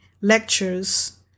lectures